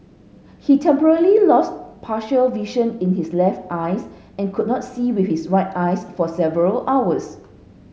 he temporarily lost partial vision in his left eyes and could not see with his right eyes for several hours